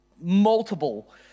multiple